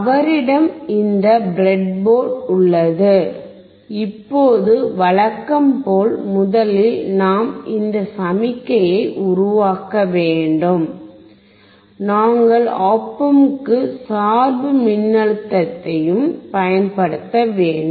அவரிடம் இந்த ப்ரெட்போர்டு உள்ளது இப்போது வழக்கம் போல் முதலில் நாம் இந்த சமிக்ஞையை உருவாக்க வேண்டும் நாங்கள் op amp க்கு சார்பு மின்னழுத்தத்தையும் பயன்படுத்த வேண்டும்